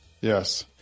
Yes